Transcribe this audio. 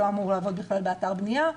הוא לא אמור לעבוד בכלל באתר בנייה,